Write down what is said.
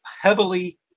heavily